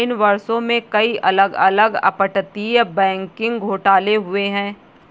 इन वर्षों में, कई अलग अलग अपतटीय बैंकिंग घोटाले हुए हैं